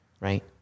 right